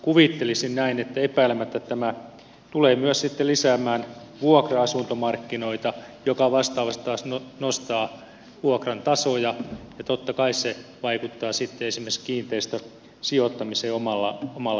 kuvittelisin näin että epäilemättä tämä tulee myös lisäämään vuokra asuntomarkkinoita mikä vastaavasti taas nostaa vuokran tasoja ja totta kai se vaikuttaa esimerkiksi kiinteistösijoittamiseen omalla tavallaan